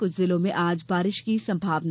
कुछ जिलों में आज बारिश की संभावना